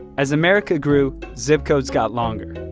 as america grew, zip codes got longer.